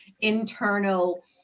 internal